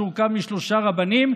שתורכב משלושה רבנים,